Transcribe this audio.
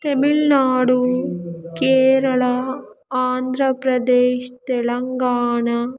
Tamil Nadu Kerala Andhra Pradesh Telangana